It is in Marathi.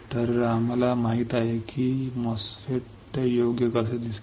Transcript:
तर आम्हाला माहित आहे की MOSFET योग्य कसे दिसते